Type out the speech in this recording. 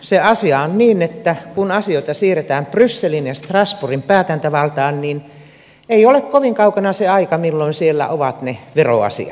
se asia on niin että kun asioita siirretään brysselin ja strasbourgin päätäntävaltaan niin ei ole kovin kaukana se aika milloin siellä ovat ne veroasiatkin